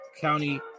county